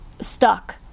stuck